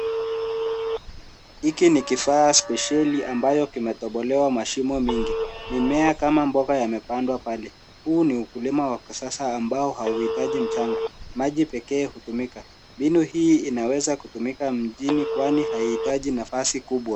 Hiki ni kifaa spesheli ambayo kimetobolewa mashimo mingi. Mimea kama mboga yamepandwa pale. Huu ni ukulima wa kisasa ambao hauhitaji mchanga. Maji pekee hutumika. Mbinu hii inaweza kutumika mjini kwani haihitaji nafasi kubwa.